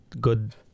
good